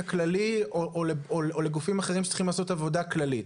כללי או לגופים אחרים שצריכים לעשות עבודה כללית.